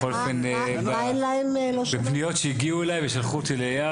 בכל אופן בפניות שהגיעו אלי ושלחו אותי לאייל,